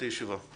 הישיבה ננעלה